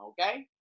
Okay